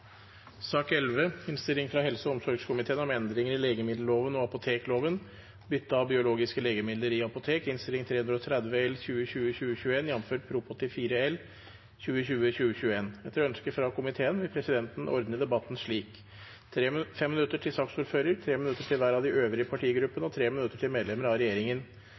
sak nr. 7. Etter ønske fra helse- og omsorgskomiteen vil presidenten ordne debatten slik: 5 minutter til saksordfører, 3 minutter til hver av de øvrige partigruppene og 3 minutter til medlemmer av regjeringen.